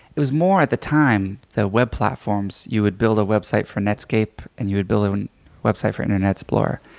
it was more, at the time, the web platforms. you would build a website for netscape and you would build a website for internet explorer.